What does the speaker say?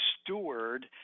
steward